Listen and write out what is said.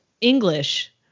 English